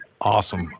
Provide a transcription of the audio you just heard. Awesome